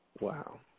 Wow